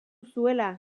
zuela